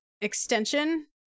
extension